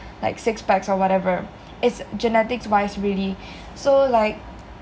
like six packs or whatever it's genetics wise really so like